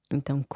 Então